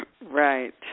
right